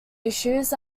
issues